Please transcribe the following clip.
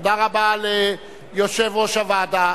תודה רבה ליושב-ראש הוועדה.